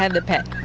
and the pit.